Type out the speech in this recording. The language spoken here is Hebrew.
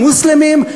המוסלמים,